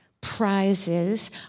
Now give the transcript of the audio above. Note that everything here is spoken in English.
prizes